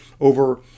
over